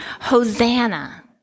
Hosanna